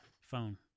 phone